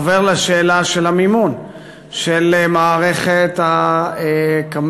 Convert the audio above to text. עובר לשאלה של המימון של מערכת הקמפיין,